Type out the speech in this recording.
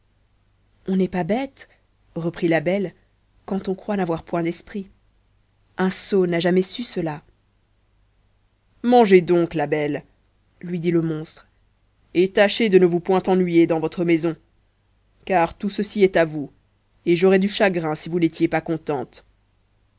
on n'est pas bête reprit la belle quand on croit n'avoir point d'esprit un sot n'a jamais su cela mangez donc la belle lui dit le monstre et tâchez de ne vous point ennuyer dans votre maison car tout ceci est à vous et j'aurais du chagrin si vous n'étiez pas contente